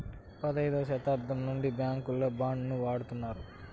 పదైదవ శతాబ్దం నుండి బ్యాంకుల్లో బాండ్ ను వాడుతున్నారు